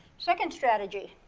second strategy.